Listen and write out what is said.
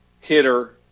hitter